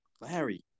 Larry